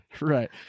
Right